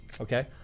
okay